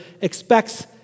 expects